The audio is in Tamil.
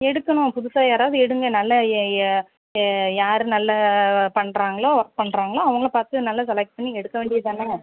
எடுக்கணும் புதுசா யாராவது எடுங்கள் நல்லா யார் நல்லா பண்ணுறாங்களோ ஒர்க் பண்ணுறாங்களோ அவங்களை பார்த்து நல்லா செலக்ட் பண்ணி எடுக்க வேண்டியதுதான